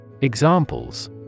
Examples